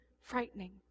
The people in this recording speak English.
frightening